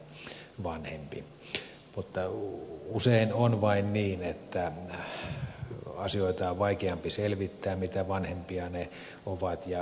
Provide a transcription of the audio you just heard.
mutta usein on vain niin että asioita on sitä vaikeampi selvittää mitä vanhempia ne ovat